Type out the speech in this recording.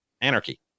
anarchy